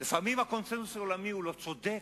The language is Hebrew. לפעמים הקונסנזוס העולמי הוא לא צודק,